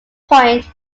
point